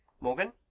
Morgan